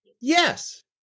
Yes